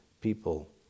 people